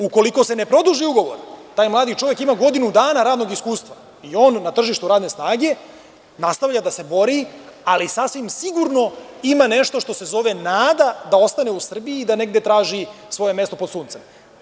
Ukoliko se ne produži ugovor, taj mladi čovek ima godinu dana radnog iskustva i on na tržištu radne snage nastavlja da se bori, ali sasvim sigurno ima nešto što se zove nada da ostane u Srbiji i da negde traži svoje mesto pod suncem.